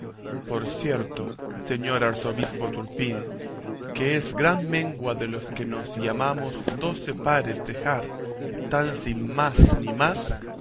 por cierto señor arzobispo turpín que es gran mengua de los que nos llamamos doce pares dejar tan sin más ni más